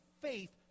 faith